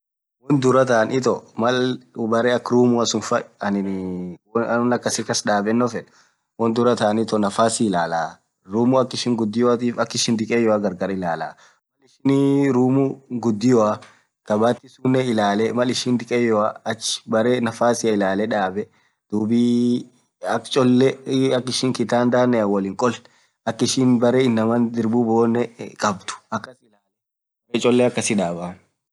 Won dhuraa thaa itho mal berre roomua suuni faa anin won akasi kas dhabeno fedh won dhura thaa itho nafasi ilala room aka ishin ghudhiatif aka ishin dhekeyo gargar ilala mal ishin roomun ghudio kabathi sunnen ilale mal ishin dhekeyoa achh berre nafasia ilale dhabe dhub aka cholee (iii) akishin kitandanen wol inn khol akishin berre inamaan dhirbu boonen khabdhu akas ilale berre cholee akasii dhabaaaaa